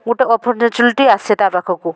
ଗୋଟେ ଅପର୍ଟୂନିଟୀ ଆସେ ତା'ପଖାକୁ